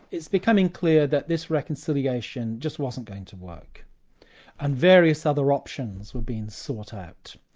it's becoming clear that this reconciliation just wasn't going to work and various other options were being sought out.